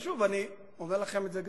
ושוב אני אומר לכם את זה,